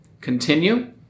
continue